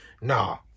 Nah